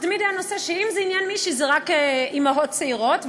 זה תמיד היה נושא שאם זה עניין מישהו זה רק אימהות צעירות,